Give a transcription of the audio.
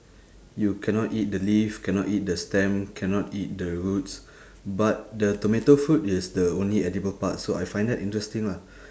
you cannot eat the leaf cannot eat the stem cannot eat the roots but the tomato fruit is the only edible part so I find that interesting lah